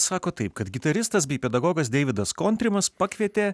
sako taip kad gitaristas bei pedagogas deividas kontrimas pakvietė